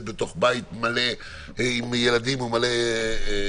בתוך בית מלא בילדים או מלא במשפחה.